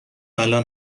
الان